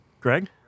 Greg